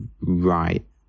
right